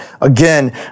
again